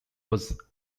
was